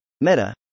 Meta